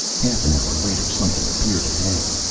half an hour later something appeared ahead.